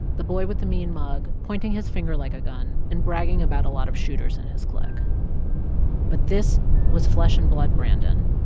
the boy with the mean mug pointing his finger like a gun and bragging about a lot of shooters in his clique but this was flesh-and-blood brandon,